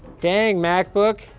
dang, macbook,